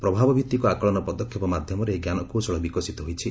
ପ୍ରଭାବଭିତ୍ତିକ ଆକଳନ ପଦକ୍ଷେପ ମାଧ୍ୟମରେ ଏହି ଜ୍ଞାନକୌଶଳ ବିକଶିତ ହୋଇଛି